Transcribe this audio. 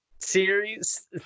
Series